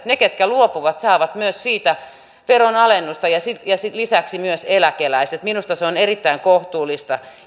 ne ketkä luopuvat saavat myös siitä veronalennusta ja sitten lisäksi myös eläkeläiset minusta se on erittäin kohtuullista